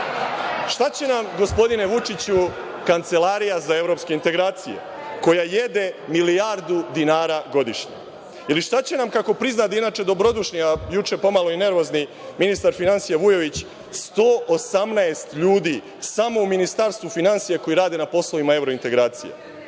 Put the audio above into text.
će nam, gospodine Vučiću, Kancelarija za Evropske integracije, koja jede milijardu dinara godišnje ili šta će nam, kako priznade inače dobrodušni, a juče pomalo i nervozni, ministar finansija Vujović, 118 ljudi samo u Ministarstvu finansija koji rade na poslovima evrointegracija